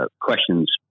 questions